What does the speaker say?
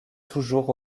toujours